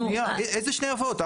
עכשיו שנייה, איזה שני אבות?